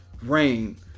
rain